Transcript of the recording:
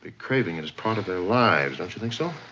craving it as part of their lives. don't you think so?